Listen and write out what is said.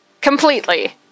completely